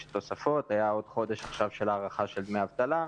יש תוספות, היה עוד חודש של הארכה של דמי אבטלה.